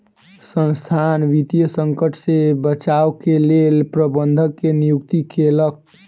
संसथान वित्तीय संकट से बचाव के लेल प्रबंधक के नियुक्ति केलक